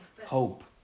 hope